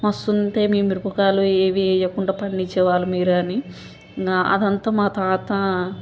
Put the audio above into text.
మస్తుంటయి మీ మిరపకాయలు ఏమీ వేయకుండా పండిచ్చేవాళ్ళు మీరే అని నా అదంతా మా తాత